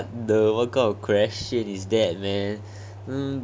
what the what kind of question is